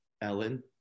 ellen